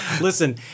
listen